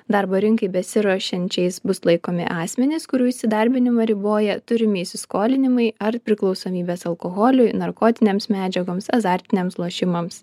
darbo rinkai besiruošiančiais bus laikomi asmenys kurių įsidarbinimą riboja turimi įsiskolinimai ar priklausomybės alkoholiui narkotinėms medžiagoms azartiniams lošimams